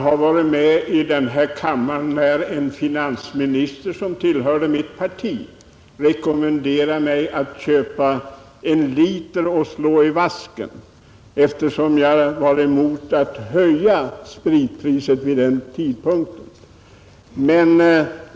Herr talman! Jag har varit med om att en finansminister, som tillhörde mitt parti, i riksdagen rekommenderat mig att köpa en liter och slå ut den i vasken, eftersom jag var emot en höjning av spritpriset vid det tillfället.